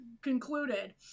concluded